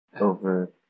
over